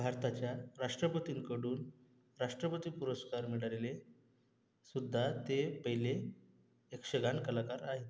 भारताच्या राष्ट्रपतींकडून राष्ट्रपती पुरस्कार मिळालेले सुद्धा ते पहिले यक्षगान कलाकार आहे